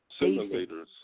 simulators